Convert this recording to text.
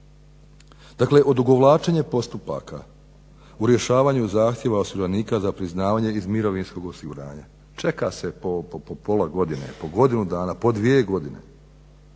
Dakle odugovlačenje postupaka u rješavanju zahtjeva osiguranika za priznavanje iz mirovinskog osiguranja, čeka se po pola godine, po godinu dana, po dvije godine.